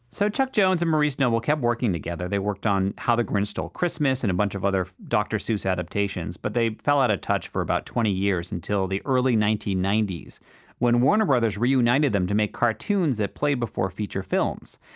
so chuck jones and maurice noble kept working together, they worked on how the grinch stole christmas and a bunch of other dr. seuss adaptations, but they fell out of touch for about twenty years until the early nineteen ninety s when warner brothers reunited them to make cartoons that play before feature films.